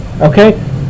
okay